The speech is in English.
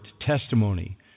testimony